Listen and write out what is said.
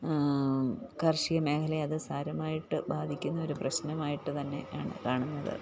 കാർഷിക മേഖലയെ അതു സാരമായിട്ട് ബാധിക്കുന്ന ഒരു പ്രശ്നമായിട്ടുതന്നെയാണ് കാണുന്നത്